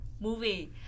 movie